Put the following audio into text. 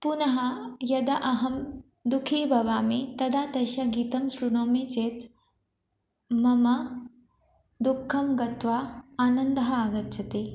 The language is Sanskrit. पुनः यदा अहं दुःखी भवामि तदा तस्य गीतं शृणोमि चेत् मम दुःखं गत्वा आनन्दः आगच्छति